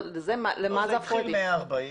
זה התחיל מ-40.